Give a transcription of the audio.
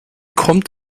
kommt